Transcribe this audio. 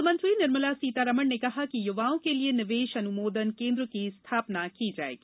वित्तमंत्री निर्मला सीतारमण ने कहा कि युवाओं के लिये निवेश अनुमोदन केन्द्र की स्थापना की जाएगी